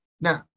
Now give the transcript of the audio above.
Now